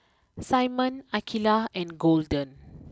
Simon Akeelah and Golden